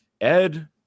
Ed